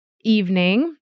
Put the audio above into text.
evening